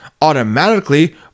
automatically